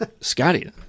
Scotty